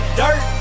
dirt